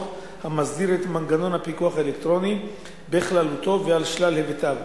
המסדיר את מנגנון הפיקוח האלקטרוני בכללותו ועל שלל היבטיו.